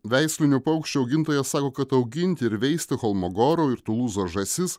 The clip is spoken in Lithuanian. veislinių paukščių augintoja sako kad auginti ir veisti cholmogorų ir tulūzos žąsis